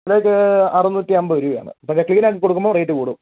rate അറുനൂറ്റി അമ്പത് രൂപയാണ് പിന്നെ ക്ലീൻ ആക്കി കൊടുക്കുമ്പോൾ റേറ്റ് കൂടും